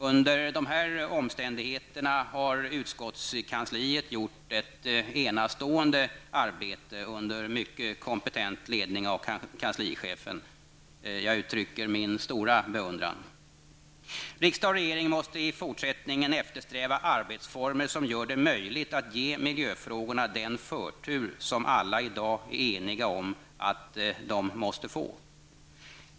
Under de här omständigheterna har utskottskansliet gjort ett enastående arbete under mycket kompetent ledning av kanslichefen. Jag uttrycker min stora beundran. Riksdag och regering måste i fortsättningen eftersträva arbetsformer som gör det möjligt att ge miljöfrågorna den förtur som alla i dag är eniga om att de måste få.